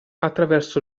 attraverso